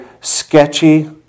sketchy